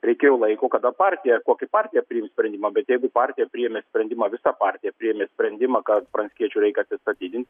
reikėjo laiko kada partija kokį partija priims sprendimą bet jeigu partija priėmė sprendimą visa partija priėmė sprendimą kad pranckiečiui reik atsistatydint